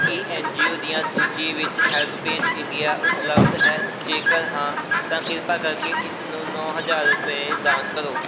ਕੀ N G O ਦੀਆਂ ਸੂਚੀ ਵਿੱਚ ਹੈਲਪਪੇਜ ਇੰਡੀਆ ਉਪਲੱਬਧ ਹੈ ਜੇਕਰ ਹਾਂ ਤਾਂ ਕਿਰਪਾ ਕਰਕੇ ਇਸ ਨੂੰ ਨੌਂ ਹਜ਼ਾਰ ਰੁਪਏ ਦਾਨ ਕਰੋ